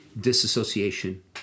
disassociation